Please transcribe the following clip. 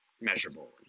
measurable